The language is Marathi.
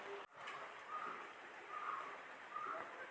सोयाबीन पिकांचो नाश खयच्या प्रकारचे कीटक करतत?